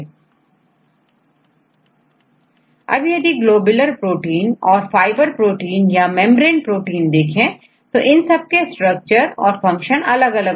Refer Slide Time 1518 अब यदि globular protein और फाइबर प्रोटीन या मेंब्रेन प्रोटीन देखें तो इन सब के स्ट्रक्चर और फंक्शन अलग अलग हैं